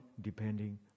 depending